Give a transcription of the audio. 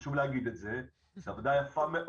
חשוב להגיד את זה, אבל